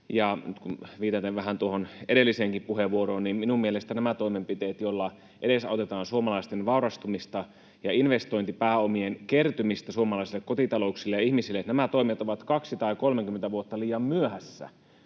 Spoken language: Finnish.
viitaten vähän tuohon edelliseenkin puheenvuoroon minun mielestäni nämä toimenpiteet, joilla edesautetaan suomalaisten vaurastumista ja investointipääomien kertymistä suomalaisille kotitalouksille ja ihmisille, ovat 20 tai 30 vuotta liian myöhässä.